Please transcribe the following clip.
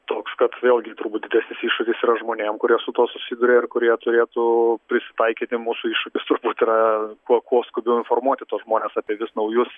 toks kad vėlgi turbūt didesnis iššūkis yra žmonėm kurie su tuo susiduria ir kurie turėtų prisitaikyti mūsų iššūkis turbūt yra kuo kuo skubiau informuoti tuos žmones apie vis naujus